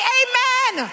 amen